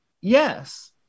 yes